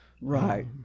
right